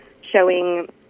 showing